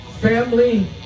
family